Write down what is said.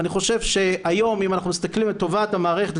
ואני חושב שהיום אם אנחנו מסתכלים לטובת המערכת,